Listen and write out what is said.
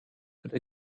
could